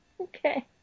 Okay